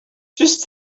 just